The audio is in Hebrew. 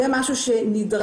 זה משהו שנדרש.